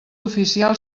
oficial